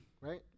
right